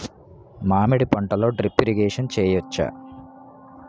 మామిడి పంటలో drip irrigation చేయచ్చా?